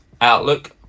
Outlook